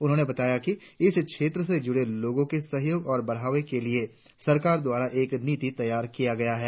उन्होंने बताया कि इस क्षेत्र से जुड़े लोगों के सहयोग और बढ़ावा के लिए सरकार द्वारा एक नीति तैयार किया गया है